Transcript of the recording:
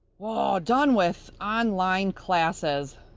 ah! done with online classes!